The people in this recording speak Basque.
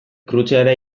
krutxeara